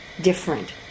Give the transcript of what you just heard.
Different